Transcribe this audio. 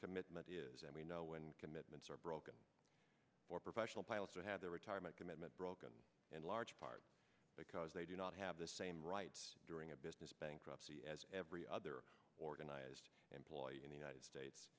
commitment is and we know when commitments are broken for professional pilots or had their retirement commitment broken in large part because they do not have the same rights during a business bankruptcy as every other organized employee in the united states